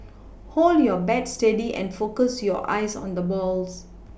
hold your bat steady and focus your eyes on the balls